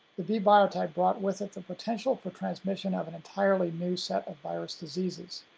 the b biotype brought with it the potential for transmission of an entirely new set of virus diseases.